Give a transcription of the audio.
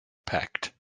pact